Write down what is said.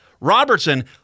Robertson